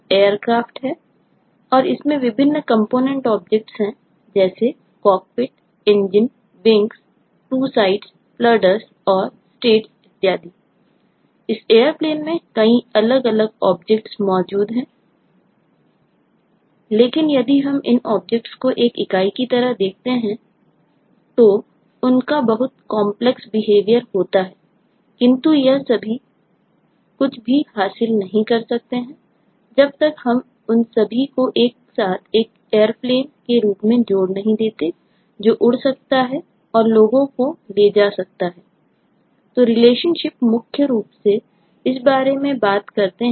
लेकिन यदि हम इन ऑब्जेक्ट्स कर सकते हैं